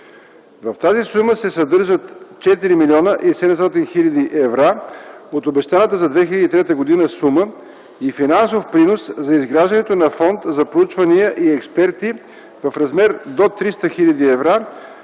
В тази сума се съдържат 4 млн. 700 хил. евро от обещаната за 2003 г. сума и финансов принос за изграждането на Фонд за проучвания и експерти в размер до 300 хил. евро